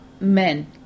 men